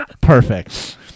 Perfect